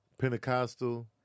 Pentecostal